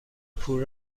پول